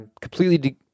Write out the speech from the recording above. completely